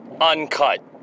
Uncut